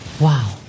wow